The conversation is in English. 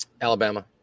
Alabama